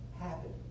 happen